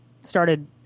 started